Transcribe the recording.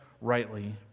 rightly